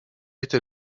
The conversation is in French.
était